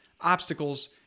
obstacles